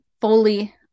fully